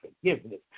forgiveness